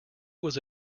was